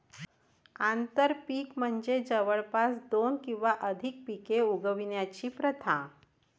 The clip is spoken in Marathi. आंतरपीक म्हणजे जवळपास दोन किंवा अधिक पिके उगवण्याची प्रथा